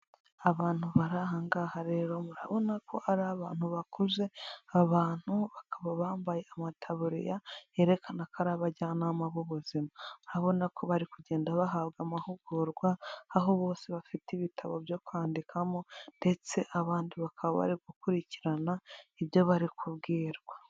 Abantu bari aha ngaha rero murabona ko ari abantu bakuze, abantu bakaba bambaye amataburiya yerekana ko ari abajyanama b'ubuzima, urabona ko bari kugenda bahabwa amahugurwa aho bose bafite ibitabo byo kwandikamo ndetse abandi bakaba bari gukurikirana ibyo bari kubwirwa.